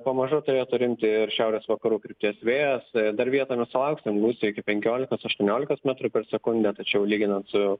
pamažu turėtų rimti ir šiaurės vakarų krypties vėjas dar vietomis sulauksim gūsių iki penkiolikos aštuoniolikos metrų per sekunde tačiau lyginant su